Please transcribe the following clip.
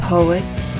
Poets